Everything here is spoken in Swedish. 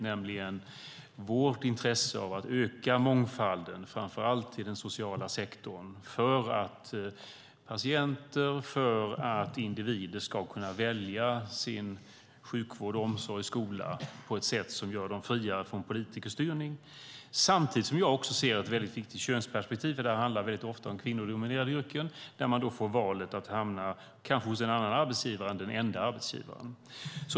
Det handlar om vårt intresse av att öka mångfalden, framför allt i den sociala sektorn, för att patienter och individer ska kunna välja sin sjukvård, omsorg och skola på ett sätt som gör dem friare från politikerstyrning. Samtidigt ser jag ett viktigt könsperspektiv. Det här handlar ofta om kvinnodominerade yrken, där man då får möjlighet att kanske hamna hos en annan arbetsgivare än den enda arbetsgivaren.